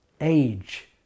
age